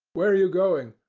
where are you going?